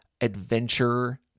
adventure